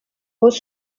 was